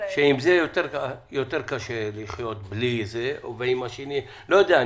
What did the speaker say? שאם יהיה יותר קשה לחיות בלי זה ועם השני לא יודע,